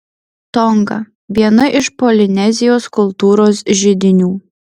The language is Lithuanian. tonga viena iš polinezijos kultūros židinių